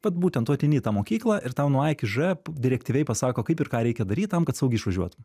vat būtent tu ateini į tą mokyklą ir tau nuo a iki ž direktyviai pasako kaip ir ką reikia daryt tam kad saugiai išvažiuotum